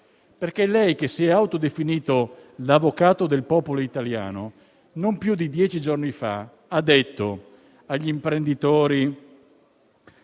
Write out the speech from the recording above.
infatti, che si è autodefinito l'avvocato del popolo italiano, non più di dieci giorni fa ha detto agli imprenditori